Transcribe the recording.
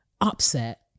upset